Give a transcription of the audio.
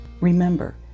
remember